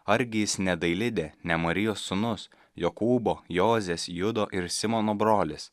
argi jis ne dailidė ne marijos sūnus jokūbo jozės judo ir simono brolis